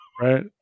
right